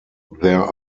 there